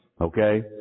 Okay